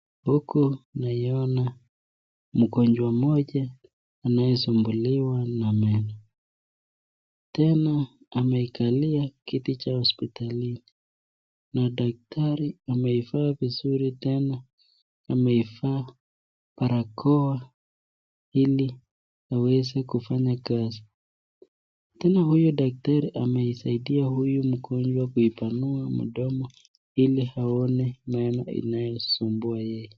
Huku naiona mgonjwa mmoja anayesumbuliwa na meno . Tena ameikalia kiti cha hospitalini na daktari ameivaa vizuri tena ameivaa barakoa ili aweze kufanya kazi . Tena huyu daktari ameisaidia huyu mgonjwa kuipanua mdomo ili aone meno inayosumbua yeye.